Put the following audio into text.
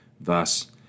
Thus